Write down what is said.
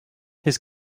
his